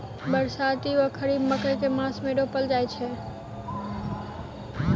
बरसाती वा खरीफ मकई केँ मास मे रोपल जाय छैय?